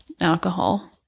alcohol